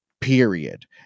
period